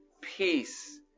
peace